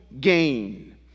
gain